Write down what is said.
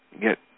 get